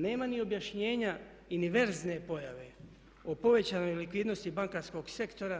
Nema ni objašnjenja inverzne pojave o povećanoj likvidnosti bankarskog sektora